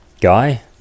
guy